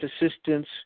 assistance